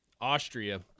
Austria